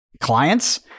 clients